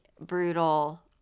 brutal